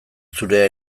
zurea